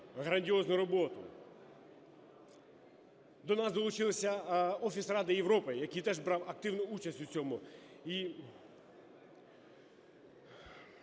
грандіозну роботу. До нас долучився Офіс Ради Європи, який теж брав активну участь в цьому…